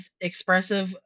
expressive